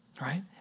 right